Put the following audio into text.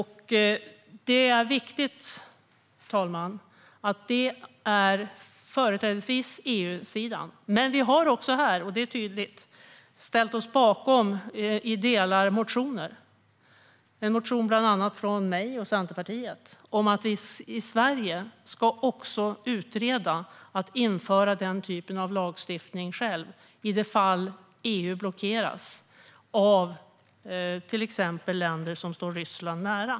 Här har vi ställt oss bakom delar av motioner, bland annat från mig och Centerpartiet, att man också i Sverige ska utreda att införa den typen av lagstiftning i det fall att EU blockeras av till exempel länder som står Ryssland nära.